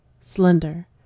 slender